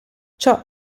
ciò